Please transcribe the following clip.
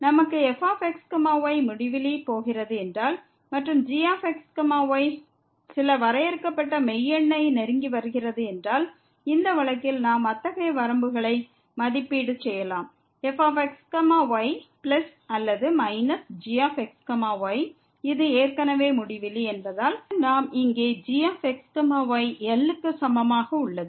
நமக்கு fx y முடிவிலி போகிறது என்றால் மற்றும் gx y சில வரையறுக்கப்பட்ட மெய் எண்ணை நெருங்கி வருகிறது என்றால் இந்த வழக்கில் நாம் அத்தகைய வரம்புகளை மதிப்பீடு செய்யலாம் fx y பிளஸ் அல்லது மைனஸ் gx y இது ஏற்கனவே முடிவிலி என்பதால் பின்னர் நாம் இங்கே gx y L க்கு சமமாக உள்ளது